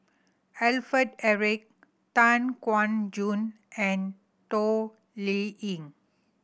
Alfred Eric Tan Kuan Choon and Toh Liying